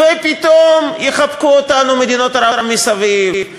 ופתאום יחבקו אותנו מדינות ערב מסביב,